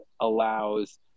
allows